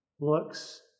looks